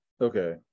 Okay